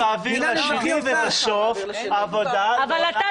המינהל האזרחי --- כל אחד מעביר לשני ובסוף העבודה לא נעשית.